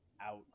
out